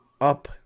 up